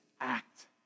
act